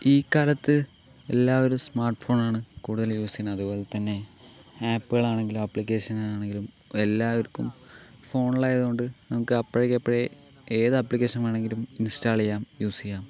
ഈ കാലത്ത് എല്ലാവരും സ്മാർട്ട് ഫോണാണ് കൂടുതൽ യൂസ് ചെയ്യണത് അതുപോലെത്തന്നെ ആപ്പുകളാണെങ്കിലും ആപ്ലിക്കേഷനാണെങ്കിലും എല്ലാവർക്കും ഫോണിലായതുകൊണ്ട് നമുക്ക് അപ്പഴേക്കപ്പഴേ ഏത് ആപ്ലിക്കേഷൻ വേണമെങ്കിലും ഇൻസ്റ്റാൾ ചെയ്യാം യൂസ് ചെയ്യാം